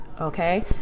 Okay